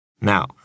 Now